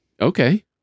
Okay